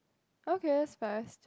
okay that's fast